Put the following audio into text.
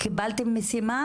קיבלתם משימה